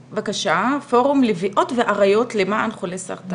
פורום לביאות ואריות למען חולי סרטן.